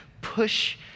push